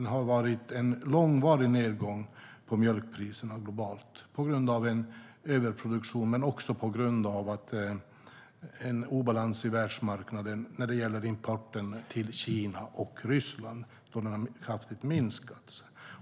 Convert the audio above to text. Det har varit en långvarig nedgång på mjölkpriserna globalt på grund av överproduktion men också på grund av obalans i världsmarknaden när det gäller importen till Kina och Ryssland, då denna kraftigt har minskats.